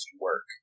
work